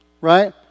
right